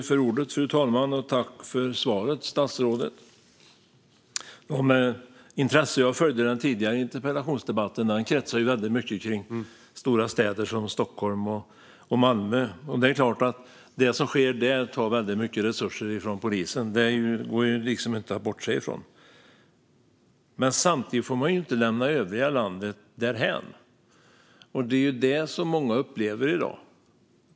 Fru talman! Tack för svaret, statsrådet! Det var med intresse jag följde den tidigare interpellationsdebatten. Det kretsade mycket kring stora städer som Stockholm och Malmö. Det är klart att det som sker där tar väldigt mycket resurser från polisen. Det går liksom inte att bortse från. Men samtidigt får man inte lämna övriga landet därhän - det är många som upplever att man gör det i dag.